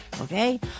okay